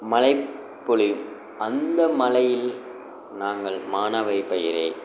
மழை பொழியும் அந்த மழையில் நாங்கள் மானாவாரி பயிரை